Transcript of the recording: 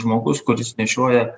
žmogus kuris nešioja